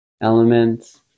elements